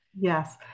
Yes